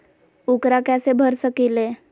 ऊकरा कैसे भर सकीले?